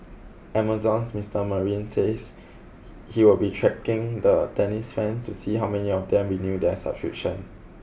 Amazon's Mister Marine says he will be tracking the tennis fan to see how many of them renew their subscription